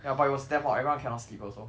ya but it was damn hot everyone cannot sleep also